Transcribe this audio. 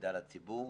מידע לציבור.